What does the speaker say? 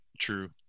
true